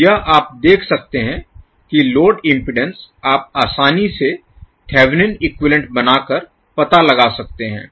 तो यह आप देख सकते हैं कि लोड इम्पीडेन्स आप आसानी से थेवेनिन इक्विवैलेन्ट बनाकर पता लगा सकते हैं